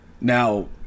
Now